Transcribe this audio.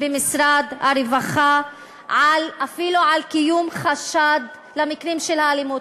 במשרד הרווחה אפילו על קיום חשד למקרים של אלימות.